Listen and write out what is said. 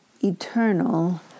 eternal